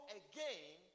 again